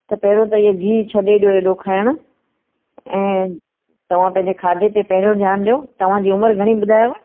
त पहिरियों त इहो घी छॾे ॾियो हेॾो खाइण ऐं तव्हां पंहिंजे खाधे ते पहिरियों ध्यान ॾियो तव्हां जी उमर घणी ॿुधायव